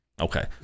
Okay